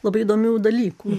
labai įdomių dalykų